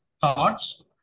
thoughts